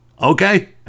Okay